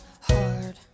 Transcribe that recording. hard